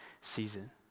season